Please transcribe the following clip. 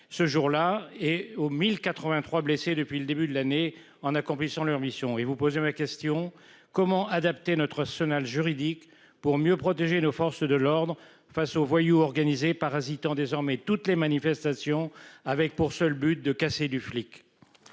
ce jour-là et oh 1083 blessés depuis le début de l'année en accomplissant leur mission et vous poser ma question, comment adapter notre Cenal juridique pour mieux protéger nos forces de l'ordre face aux voyous organisés parasitant désormais toutes les manifestations avec pour seul but de casser du flic.